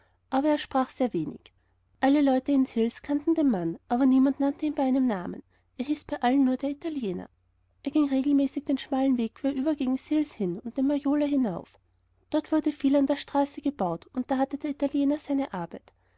aber er sprach sehr wenig alle leute in sils kannten den mann aber niemand nannte ihn bei einem namen er hieß bei allen nur der italiener er ging regelmäßig den schmalen weg querüber gegen sils hin und den maloja hinauf dort wurde viel an der straße gebaut und da hatte der italiener seine arbeit